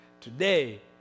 Today